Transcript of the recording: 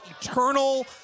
eternal